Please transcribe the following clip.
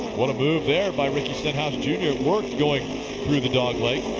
what a move there by ricky stenhouse jr. it worked going through the dogleg.